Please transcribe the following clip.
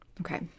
okay